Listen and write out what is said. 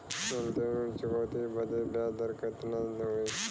अंतिम ऋण चुकौती बदे ब्याज दर कितना होई?